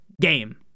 game